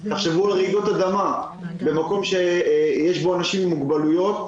תחשבו על רעידות אדמה במקום שיש בו אנשים עם מוגבלויות.